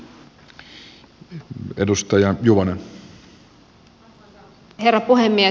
arvoisa herra puhemies